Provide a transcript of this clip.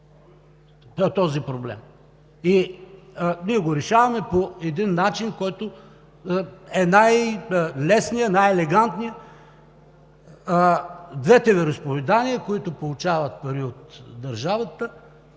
този проблем. Ние го решаваме по един начин, който е най-лесният, най-елегантният – двете вероизповедания, които получават пари от държавата,